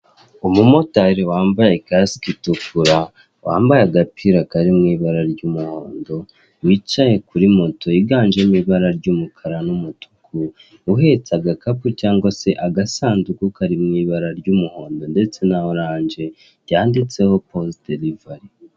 Umumotari wambaye kasike itukura, wambaye agapira kari mu ibara ry'umuhondo, wicaye kuri moto yiganjemo ibara ry'umukara n'umutuku, uhetse agakapu cyangwa se agasanduku kari mu ibara ry'umuhondo ndetse na oranje byanditseho poze derivari.